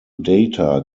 data